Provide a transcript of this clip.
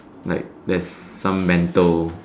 like there's some mental